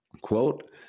quote